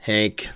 Hank